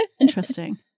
Interesting